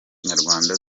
nyarwanda